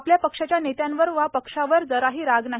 आपल्या पक्षाच्या नेत्यांवर वा पक्षावर जराही राग नाही